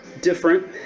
Different